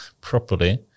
properly